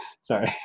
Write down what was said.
Sorry